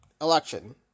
election